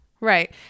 Right